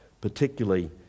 particularly